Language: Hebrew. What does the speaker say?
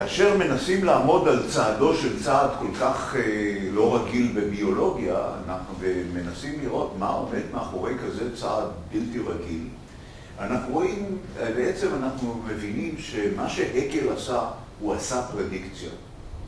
כאשר מנסים לעמוד על צעדו של צעד כל-כך לא רגיל בביולוגיה, ומנסים לראות מה עומד מאחורי כזה צעד בלתי רגיל, אנחנו רואים, בעצם אנחנו מבינים שמה שהקל עשה הוא עשה פרדיקציה.